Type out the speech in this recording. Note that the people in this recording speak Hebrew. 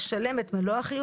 לחוק